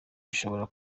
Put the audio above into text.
bashobora